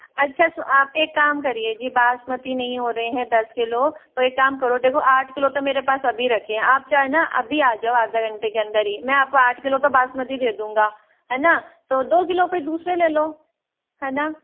अच्छा तो आप एक काम करिए जी बासमती नहीं हो रहे हैं दस किलो तो एक काम करो देखो आठ किलो तो मेरे पास अभी रखे हैं आप क्या है ना अभी आ जाओ आधे घंटे के अंदर ही मैं आपको आठ किलो तो बासमती दे दूँगा है ना तो दो किलो के दूसरे ले लो है ना